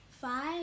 five